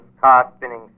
car-spinning